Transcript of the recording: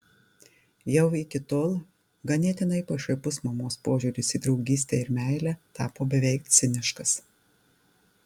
jau iki tol ganėtinai pašaipus mamos požiūris į draugystę ir meilę tapo beveik ciniškas